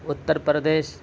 Uttar Pradesh